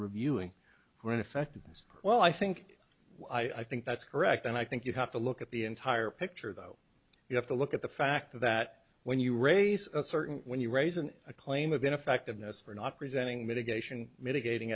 as well i think i think that's correct and i think you have to look at the entire picture though you have to look at the fact that when you raise a certain when you raise an a claim of ineffectiveness for not presenting mitigation mitigating